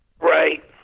Right